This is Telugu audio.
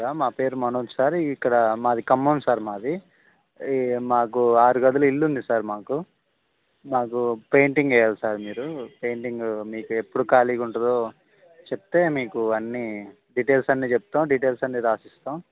మా పేరు మనోజ్ సార్ ఇక్కడ మాది ఖమం సార్ మాది ఈ మాకు ఆరు గదులు ఇల్లుంది సార్ మాకు మాకు పెయింటింగ్ వేయ్యాలి సార్ మీరు పెయింటింగ్ మీకు ఎప్పుడు ఖాళీగా ఉంటుందో చెప్తే మీకు అన్నీ డీటెయిల్స్ అన్నీ చెప్తాం డీటెయిల్స్ అన్ని రాసిస్తాం